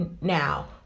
Now